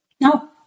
No